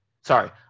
sorry